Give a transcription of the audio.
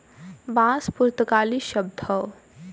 बांस पुर्तगाली शब्द हौ